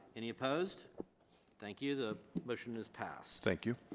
any opposed thank you the motion is passed. thank you.